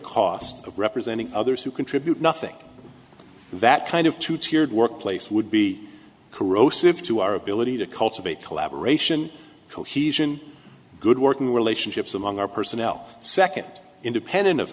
of representing others who contribute nothing that kind of two tiered work place would be corrosive to our ability to cultivate collaboration cohesion good working relationships among our personnel second independent of